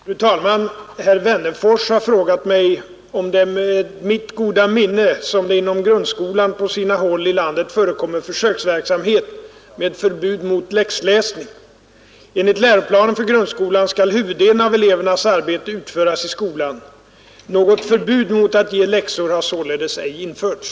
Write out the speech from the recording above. Fru talman! Herr Wennerfors har frågat mig om det är med mitt goda minne som det inom grundskolan på sina håll i landet förekommer försöksverksamhet med förbud mot läxläsning. Enligt läroplanen för grundskolan skall huvuddelen av elevernas arbete utföras i skolan. Något förbud mot att ge läxor har således ej införts.